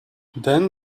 then